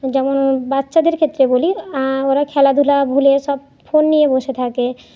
যেমন বাচ্চাদের ক্ষেত্রে বলি ওরা খেলাধুলা ভুলে সব ফোন নিয়ে বসে থাকে